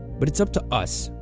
but it's up to us,